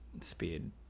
speed